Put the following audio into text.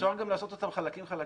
אפשר גם לעשות אותן חלקים חלקים.